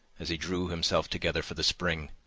as he drew himself together for the spring,